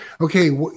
Okay